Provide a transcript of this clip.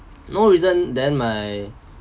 no reason then my